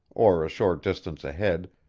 or a short distance ahead,